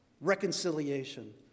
reconciliation